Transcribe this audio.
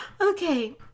okay